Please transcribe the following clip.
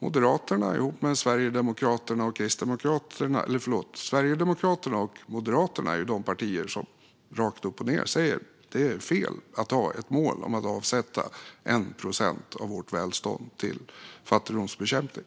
Moderaterna ihop med Sverigedemokraterna är de partier som rakt upp och ned säger att det är fel att ha målet att avsätta 1 procent av vårt välstånd till fattigdomsbekämpning.